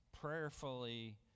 prayerfully